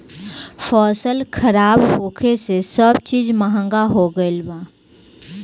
फसल खराब होखे से सब चीज महंगा हो गईल बा